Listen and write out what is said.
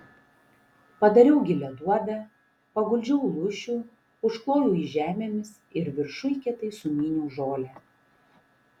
padariau gilią duobę paguldžiau lūšių užklojau jį žemėmis ir viršuj kietai sumyniau žolę